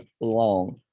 long